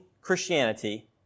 Christianity